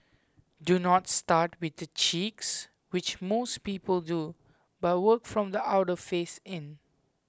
do not start with the cheeks which most people do but work from the outer face in